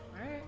right